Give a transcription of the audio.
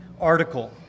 article